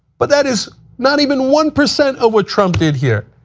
but that is not even one percent of what trump did here.